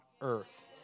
earth